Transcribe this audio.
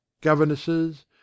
governesses